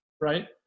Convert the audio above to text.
right